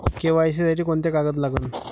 KYC साठी कोंते कागद लागन?